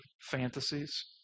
fantasies